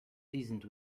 seasoned